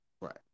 Right